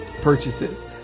purchases